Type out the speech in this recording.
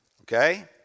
Okay